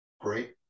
great